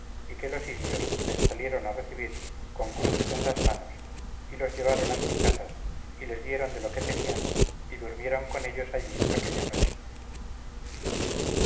y que los indios les salieron a recibir con cruces en las manos y los llevaron a sus casas y les dieron de lo que tenían y durmieron con ellos allí aquella noche